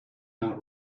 that